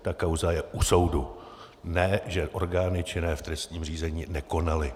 Ta kauza je u soudu, ne že orgány činné v trestním řízení nekonaly.